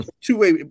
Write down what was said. two-way